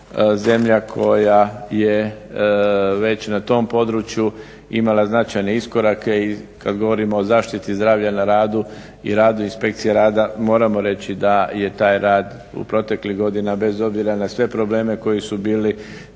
zemlja koja je već na tom području imala značajne iskorake i kada govorimo o zaštiti zdravlja na radu i radu inspekcije rada moramo reći da je taj rad proteklih godina bez obzira na sve probleme koji su bili